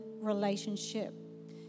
relationship